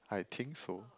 I think so